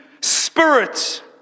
spirit